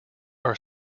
are